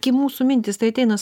kai mūsų mintys tai ateinas